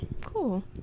Cool